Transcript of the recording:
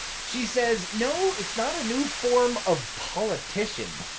she says no it's not a new form of politicians,